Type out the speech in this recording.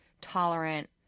tolerant